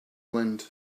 wind